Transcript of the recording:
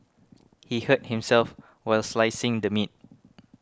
he hurt himself while slicing the meat